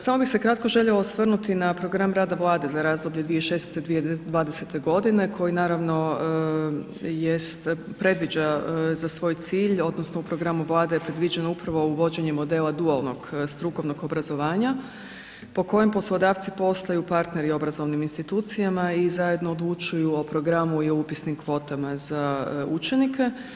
Samo bih se kratko željela osvrnuti na program rada Vlade za razdoblje 2016. – 2020. godine koji naravno jest, predviđa za svoj cilj odnosno u programu Vlade je predviđeno upravo uvođenja modela dualnog strukovnog obrazovanja, po kojem poslodavci postaju partneri obrazovnim institucijama i zajedno odlučuju o programu i o upisnim kvotama za učenike.